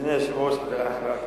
אדוני היושב-ראש, חברי חברי הכנסת,